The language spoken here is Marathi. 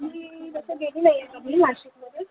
मी तसं गेली नाही आहे कधी नाशिकमध्ये